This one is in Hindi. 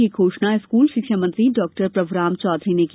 यह घोषणा स्कूल शिक्षा मंत्री डॉ प्रभुराम चौधरी ने की